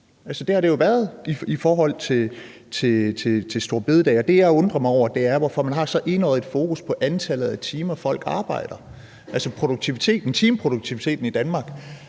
Det har det jo været i forhold til store bededag, og det, jeg undrer mig over, er, hvorfor man har så enøjet et fokus på antallet af timer, folk arbejder. Timeproduktiviteten i Danmark